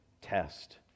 test